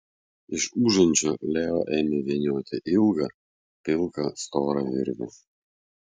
iš užančio leo ėmė vynioti ilgą pilką storą virvę